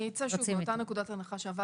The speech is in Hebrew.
אם אני מסכם, באתי לכאן ועליתי